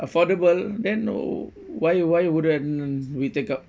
affordable then no why why wouldn't we take up